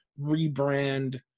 rebrand